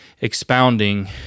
expounding